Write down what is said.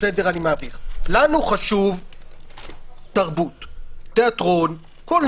לנו חשוב תרבות - תיאטרון, קולנוע.